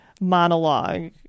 monologue